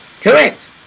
Correct